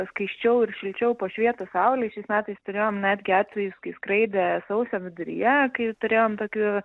skaisčiau ir šilčiau pašvietus saulei šiais metais turėjom netgi atvejus kai skraidė sausio viduryje kai turėjom tokių